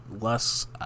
less